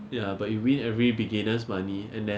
not 成绩 lah but his results are better lah so